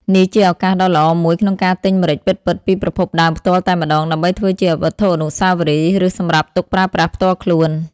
នេះជាឱកាសដ៏ល្អមួយក្នុងការទិញម្រេចពិតៗពីប្រភពដើមផ្ទាល់តែម្ដង ដើម្បីធ្វើជាវត្ថុអនុស្សាវរីយ៍ ឬសម្រាប់ទុកប្រើប្រាស់ផ្ទាល់ខ្លួន ។